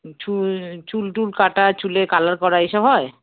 চুল চুল টুল কাটা চুলে কালার করা এইসব হয়